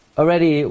already